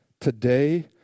Today